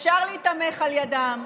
אפשר להיתמך על ידם,